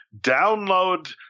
download